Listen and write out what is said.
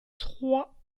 trois